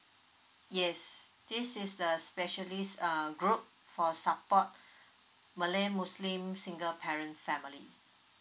yes this is the specialist uh group for support malay muslim single parent family